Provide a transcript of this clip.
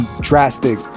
drastic